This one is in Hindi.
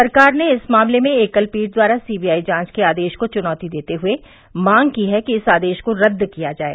सरकार ने इस मामले में एकल पीठ द्वारा सी बीआई जाँच के आदेश को चुनौती देते हुए मांग की है कि इस आदेश र्क रद्द किया जाये